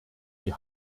die